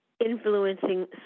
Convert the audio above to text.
influencing